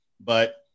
but-